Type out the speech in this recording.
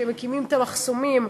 שמקימים את המחסומים,